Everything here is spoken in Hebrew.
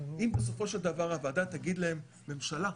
אם בסופו של דבר הוועדה תגיד להם: ממשלה,